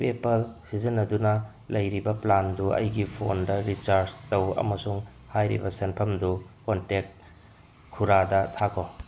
ꯄꯦꯄꯥꯜ ꯁꯤꯖꯤꯟꯅꯗꯨꯅ ꯂꯩꯔꯤꯕ ꯄ꯭ꯂꯥꯟꯗꯨ ꯑꯩꯒꯤ ꯐꯣꯟꯗ ꯔꯤꯆꯥꯔꯖ ꯇꯧ ꯑꯃꯁꯨꯡ ꯍꯥꯏꯔꯤꯕ ꯁꯦꯟꯐꯝꯗꯨ ꯀꯣꯟꯇꯦꯛ ꯈꯨꯔꯥꯗ ꯊꯥꯈꯣ